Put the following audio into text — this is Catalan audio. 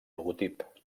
logotip